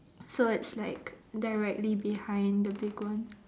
so it's like directly behind the big one